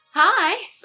Hi